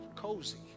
cozy